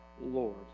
Lord